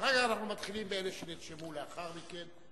אחר כך נתחיל עם אלה שנרשמו לאחר מכן,